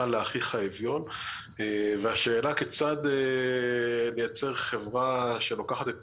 לאחיך האביון; והשאלה כיצד לייצר חברה שלוקחת את